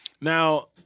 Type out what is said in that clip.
Now-